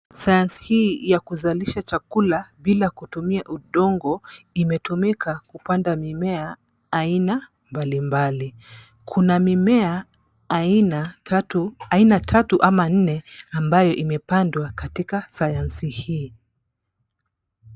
Sayansi hii ya kuzalisha chakula, bila kutumia udongo, imetumika kupanda mimea aina mbalimbali. Kuna mimea aina tatu ama nne ambayo imepandwa katika sayansi hii.